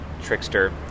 Trickster